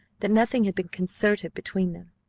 that nothing had been concerted between them.